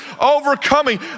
Overcoming